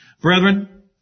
Brethren